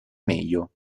meglio